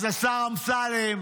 אז השר אמסלם,